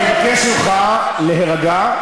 אני מבקש ממך להירגע.